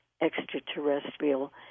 extraterrestrial